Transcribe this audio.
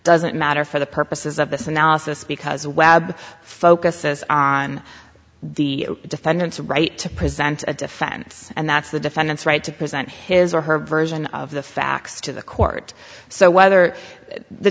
doesn't matter for the purposes of this analysis because webb focuses on the defendant's right to present a defense and that's the defendant's right to present his or her version of the facts to the court so whether the